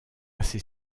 ces